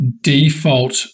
default